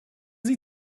sie